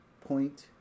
Point